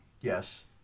Yes